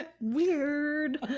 weird